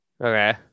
Okay